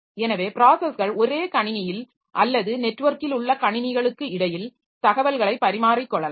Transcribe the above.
எனவே ப்ராஸஸ்கள் ஒரே கணினியில் அல்லது நெட்வொர்க்கில் உள்ள கணினிகளுக்கு இடையில் தகவல்களை பரிமாறிக்கொள்ளலாம்